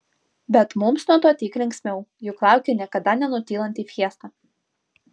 bet mums nuo to tik linksmiau juk laukia niekada nenutylanti fiesta